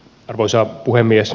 arvoisa puhemies